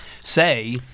say